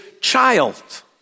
child